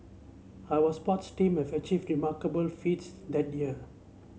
our sports team have achieved remarkable feats that year